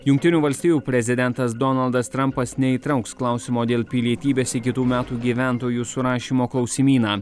jungtinių valstijų prezidentas donaldas trampas neįtrauks klausimo dėl pilietybės į kitų metų gyventojų surašymo klausimyną